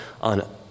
on